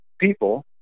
people